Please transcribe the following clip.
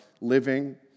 living